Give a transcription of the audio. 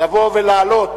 לבוא ולעלות